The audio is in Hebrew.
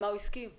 הסכים וחתם?